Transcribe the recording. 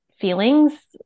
feelings